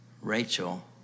Rachel